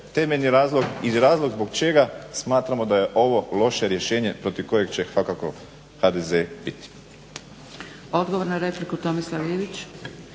temeljni razlog i razlog zbog čega smatramo da je ovo loše rješenje protiv kojeg će svakako HDZ biti.